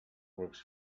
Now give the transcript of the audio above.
works